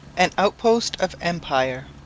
an outpost of empire